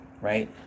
right